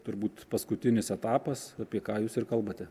turbūt paskutinis etapas apie ką jūs ir kalbate